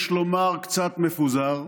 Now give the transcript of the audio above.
/ יש לומר קצת מפוזר,